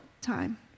time